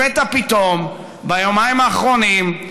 לפתע פתאום, ביומיים האחרונים,